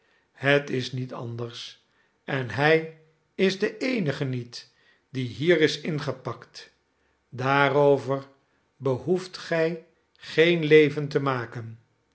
het is niet anders en hij is de eenige niet die hier is ingepakt daarover behoeft gij geen leven te maken